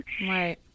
Right